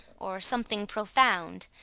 or something profound,